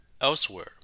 elsewhere